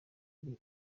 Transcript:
ari